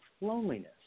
loneliness